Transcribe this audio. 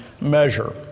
measure